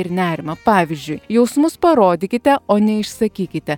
ir nerimą pavyzdžiui jausmus parodykite o ne išsakykite